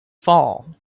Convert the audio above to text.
fall